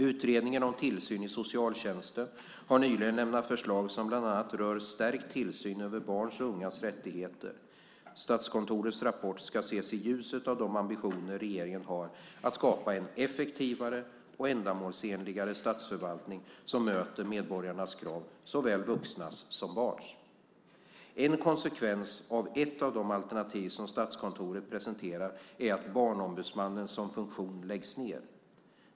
Utredningen om tillsyn i socialtjänsten har nyligen lämnat förslag som bland annat rör stärkt tillsyn över barns och ungas rättigheter. Statskontorets rapport ska ses i ljuset av de ambitioner regeringen har att skapa en effektivare och ändamålsenligare statsförvaltning som möter medborgarnas krav, såväl vuxnas som barns. En konsekvens av ett av de alternativ som Statskontoret presenterar är att Barnombudsmannen som funktion läggs ned.